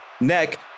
neck